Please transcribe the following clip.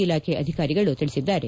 ಇಲಾಖೆ ಅಧಿಕಾರಿಗಳು ತಿಳಿಸಿದ್ದಾರೆ